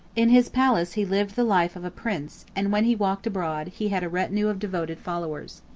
in his palace he lived the life of a prince, and when he walked abroad, he had a retinue of devoted followers.